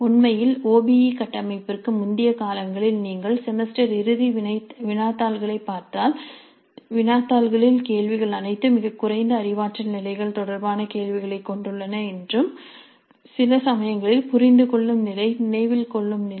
உண்மையில் O B E கட்டமைப்பிற்கு முந்தைய காலங்களில் நீங்கள் செமஸ்டர் இறுதி வினாத்தாள்களைப் பார்த்தால் வினாத்தாள்களில் கேள்விகள் அனைத்தும் மிகக் குறைந்த அறிவாற்றல் நிலைகள் தொடர்பான கேள்விகளைக் கொண்டுள்ளன என்றும் சில சமயங்களில் புரிந்துகொள்ளும் நிலை நினைவில்கொள்ளும் நிலை